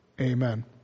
amen